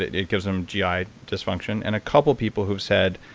it gives them gi ah dysfunction, and a couple of people who've said